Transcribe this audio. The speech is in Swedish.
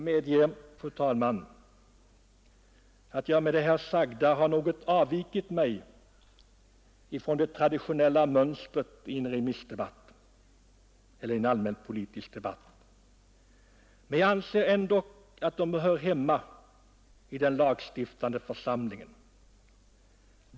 Fru talman! Med det sagda har jag något avvikit från det traditionella mönstret i en allmänpolitisk debatt, men jag anser ändå att det hör hemma i den lagstiftande församlingen.